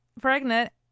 pregnant